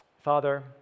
Father